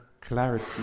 clarity